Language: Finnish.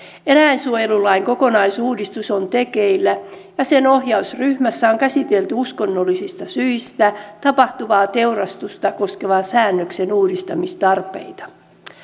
eläinsuojelulain kokonaisuudistus on tekeillä ja sen ohjausryhmässä on käsitelty uskonnollisista syistä tapahtuvaa teurastusta koskevan säännöksen uudistamistarpeita